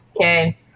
Okay